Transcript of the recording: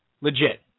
legit